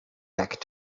back